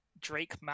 Drake